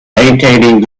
maintaining